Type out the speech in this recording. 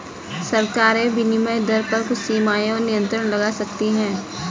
सरकारें विनिमय दर पर कुछ सीमाएँ और नियंत्रण लगा सकती हैं